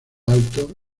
alto